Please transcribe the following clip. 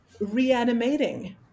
reanimating